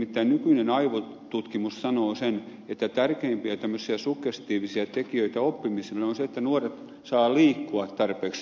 nimittäin nykyinen aivotutkimus sanoo että tärkeimpiä suggestiivisia tekijöitä oppimisessa on se että nuoret saavat liikkua tarpeeksi